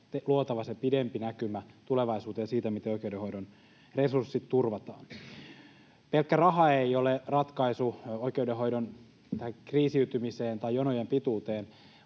luotava se pidempi näkymä tulevaisuuteen siitä, miten oikeudenhoidon resurssit turvataan. Pelkkä raha ei ole ratkaisu tähän oikeudenhoidon kriisiytymiseen tai jonojen pituuteen,